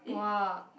!wah!